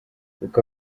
koko